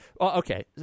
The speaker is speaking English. Okay